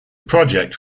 project